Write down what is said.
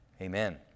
Amen